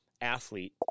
athlete